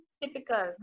typical